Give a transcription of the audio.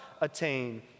attain